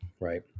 right